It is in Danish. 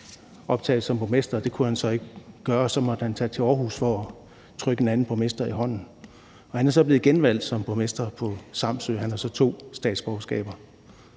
optages som statsborger. Det kunne han så ikke gøre, og så måtte han tage til Aarhus for at trykke en anden borgmester i hånden. Han er så blevet genvalgt som borgmester på Samsø, og han har så to statsborgerskaber.